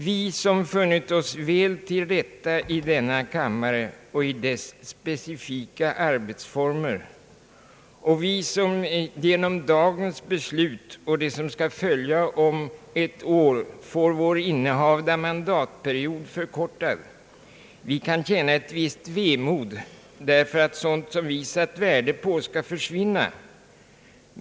Vi, som funnit oss väl till rätta i denna kammare och i dess specifika arbetsformer och som genom dagens beslut och det som skall följa om ett år får vår innehavda mandatperiod förkortad, kan känna ett visst vemod, därför att sådant som vi har satt värde på skall försvinna.